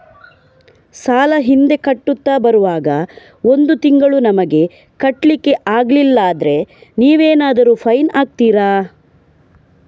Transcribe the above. ಸಾಲ ಹಿಂದೆ ಕಟ್ಟುತ್ತಾ ಬರುವಾಗ ಒಂದು ತಿಂಗಳು ನಮಗೆ ಕಟ್ಲಿಕ್ಕೆ ಅಗ್ಲಿಲ್ಲಾದ್ರೆ ನೀವೇನಾದರೂ ಫೈನ್ ಹಾಕ್ತೀರಾ?